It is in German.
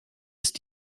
ist